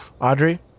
Audrey